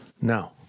No